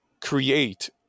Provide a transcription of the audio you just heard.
create